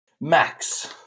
Max